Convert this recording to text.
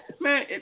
Man